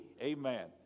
amen